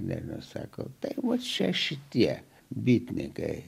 nebe sako tai mat šeši tie bitininkai